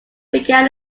began